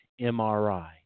MRI